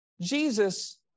Jesus